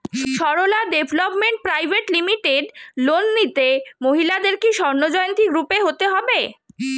Sarala development private limited loan নিতে মহিলাদের কি স্বর্ণ জয়ন্তী গ্রুপে হতে হবে?